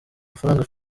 mafaranga